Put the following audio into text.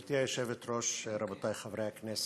גברתי היושבת-ראש, רבותי חברי הכנסת,